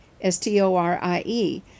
s-t-o-r-i-e